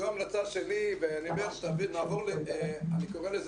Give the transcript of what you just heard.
זו המלצה שלי ואני קורא לזה,